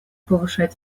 повышать